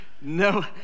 No